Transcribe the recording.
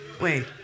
Wait